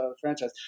franchise